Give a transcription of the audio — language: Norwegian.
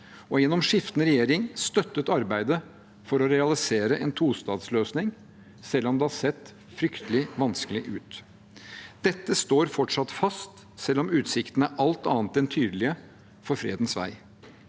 og gjennom skiftende regjeringer støttet arbeidet for å realisere en tostatsløsning – selv om det har sett fryktelig vanskelig ut. Dette står fortsatt fast, selv om utsiktene er alt annet enn tydelige for fredens vei.